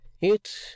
It